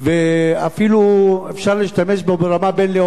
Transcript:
אפילו אפשר להשתמש בו ברמה בין-לאומית.